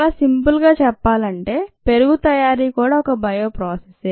చాలా సింపుల్ గా చెప్పాలంటే పెరుగు తయారీ కూడా ఒక బయో ప్రాసెస్ ే